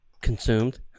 consumed